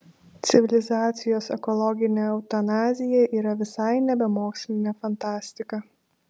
civilizacijos ekologinė eutanazija yra visai nebe mokslinė fantastika